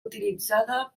utilitzada